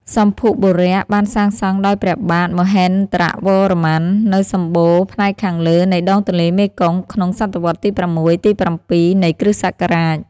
សម្ភុបុរៈ បានសាងសង់ដោយព្រះបាទ មហេន្ទ្រវរ្ម័ន នៅសម្បូរណ៍ផ្នែកខាងលើនៃដងទន្លេមេគង្គ ក្នុងសតវត្សរ៍ទី៦ ទី៧ នៃគ្រិស្តសករាជ ។